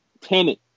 tenant